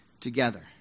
together